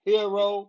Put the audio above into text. Hero